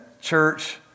church